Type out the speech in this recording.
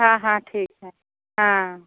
हाँ हाँ ठीक है हाँ